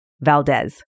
Valdez